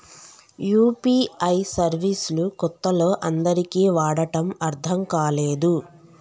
UPI service లు కొత్తలో అందరికీ వాడటం అర్థం కాలేదు